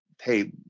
Hey